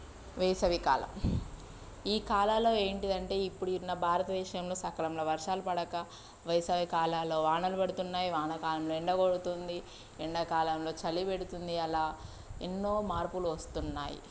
వేసవికాలం ఈ కాలాల్లో ఏంటిదంటే ఇప్పుడున్న భారతదేశంలో సకాలంలో వర్షాలు పడక వేసవికాలల్లో వానలు పడుతున్నాయి వాన కాలంలో ఎండ కొడుతుంది ఎండాకాలంలో చలి పెడుతుంది అలా ఎన్నో మార్పులు వస్తున్నాయి